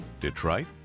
Detroit